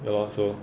ya lor so